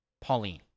Pauline